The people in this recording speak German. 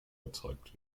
erzeugt